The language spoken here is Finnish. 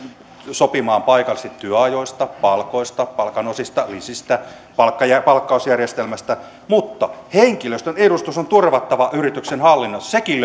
sopimaan paikallisesti työajoista palkoista palkanosista lisistä palkkausjärjestelmästä mutta henkilöstön edustus on turvattava yrityksen hallinnossa sekin